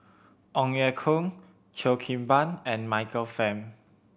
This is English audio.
Ong Ye Kung Cheo Kim Ban and Michael Fam